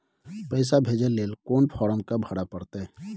पैसा भेजय लेल कोन फारम के भरय परतै?